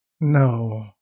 No